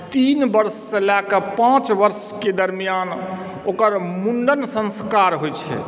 तीन वर्षसँ लए कऽ पाँच वर्षके दरम्यान ओकर मुण्डन संस्कार होइत छै